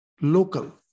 local